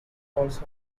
also